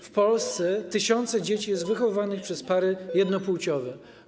W Polsce tysiące dzieci jest wychowywanych przez pary jednopłciowe.